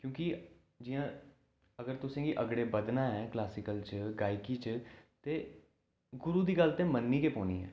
क्योंकी जि'यां अगर तुसेंगी अगड़े बधना ऐ क्लासिकल च गायकी च ते गुरु दी गल्ल ते मनन्नी गै पौनी ऐ